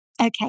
Okay